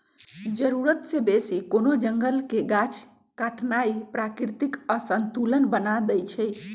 जरूरी से बेशी कोनो जंगल के गाछ काटनाइ प्राकृतिक असंतुलन बना देइछइ